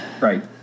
Right